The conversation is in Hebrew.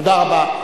תודה רבה.